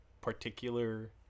particular